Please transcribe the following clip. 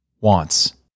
wants